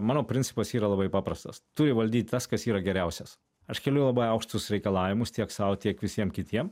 mano principas yra labai paprastas turi valdyt tas kas yra geriausias aš keliu labai aukštus reikalavimus tiek sau tiek visiem kitiem